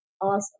Awesome